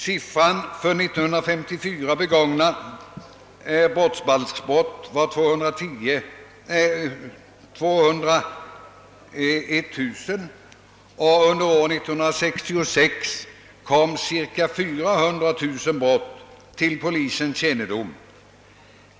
Under år 1954 begicks 201 000 brottsbalksbrott, och under år 1966 kom cirka 400 000 brott till polisens kännedom.